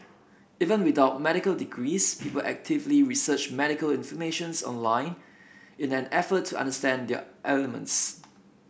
even without medical degrees people actively research medical information online in an effort to understand their ailments